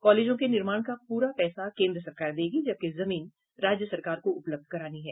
कॉलेजों के निर्माण का पूरा पैसा केन्द्र सरकार देगी जबकि जमीन राज्य सरकार को उपलब्ध करानी है